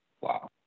Wow